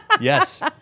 Yes